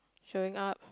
showing up